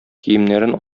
киемнәрен